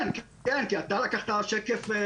כן, אני מדבר על היום.